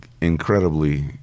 incredibly